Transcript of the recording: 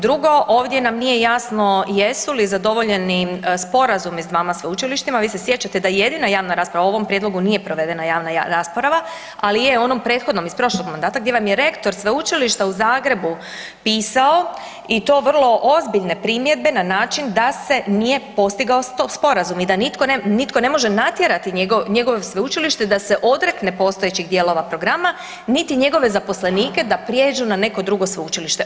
Drugo, ovdje nam nije jasno jesu li zadovoljeni sporazumi s dvama sveučilištima, vi se sjećate da jedina javna rasprava o ovom prijedlogu nije provedena javna rasprava, ali je u onom prethodnom iz prošlog mandata gdje vam je rektor Sveučilišta u Zagrebu pisao i to vrlo ozbiljne primjedbe na način da se nije postigao sporazum i da nitko ne može natjerati njegovo sveučilište da se odrekne postojećih dijelova programa, niti njegove zaposlenike da prijeđu na neko drugo sveučilište.